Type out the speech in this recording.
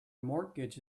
mortgage